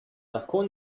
lahko